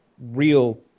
real